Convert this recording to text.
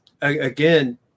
Again